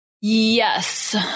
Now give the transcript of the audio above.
Yes